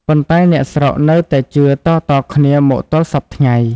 ប៉ុន្តែ អ្នកស្រុកនៅតែជឿតៗគ្នាមកទល់សព្វថ្ងៃ។